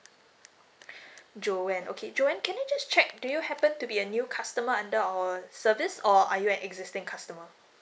joanne okay joanne can I just check do you happen to be a new customer under our service or are you an existing customer